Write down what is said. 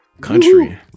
Country